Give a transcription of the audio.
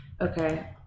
Okay